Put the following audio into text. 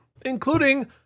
including